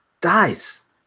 dies